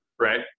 right